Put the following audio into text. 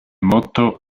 motto